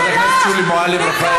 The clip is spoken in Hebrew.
חברת הכנסת שולי מועלם-רפאלי.